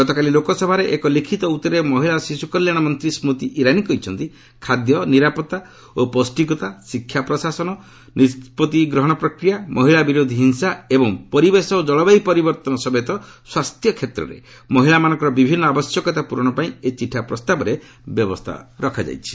ଗତକାଲି ଲୋକସଭାରେ ଏକ ଲିଖିତ ଉତ୍ତରରେ ମହିଳା ଓ ଶିଶୁ କଲ୍ୟାଣ ମନ୍ତ୍ରୀ ସ୍କୃତି ଇରାନୀ କହିଛନ୍ତି ଖାଦ୍ୟ ନିରାପତ୍ତା ଓ ପୌଷ୍ଟିକତା ଶିକ୍ଷା ପ୍ରଶାସନ ନିଷ୍ପତ୍ତି ଗ୍ରହଣ ପ୍ରକ୍ରିୟା ମହିଳା ବିରୋଧି ହିଂସା ଏବଂ ପରିବେଶ ଓ ଜଳବାୟୁ ପରିବର୍ତ୍ତନ ସମେତ ସ୍ୱାସ୍ଥ୍ୟ କ୍ଷେତ୍ରରେ ମହିଳାମାନଙ୍କର ବିଭିନ୍ନ ଆବଶ୍ୟକତା ପୂରଣ ପାଇଁ ଏହି ଚିଠା ପ୍ରସ୍ତାବରେ ବ୍ୟବସ୍ଥା ରହିଛି